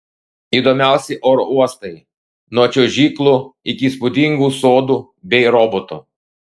įdomiausi oro uostai nuo čiuožyklų iki įspūdingų sodų bei robotų